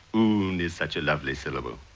oon is such a lovely syllable.